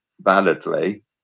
validly